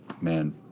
man